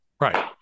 right